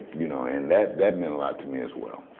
you know, and that that meant a lot to me as well.